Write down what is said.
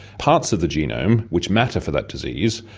parts of the genome which matter for that disease,